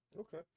Okay